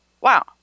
Wow